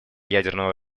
ядерного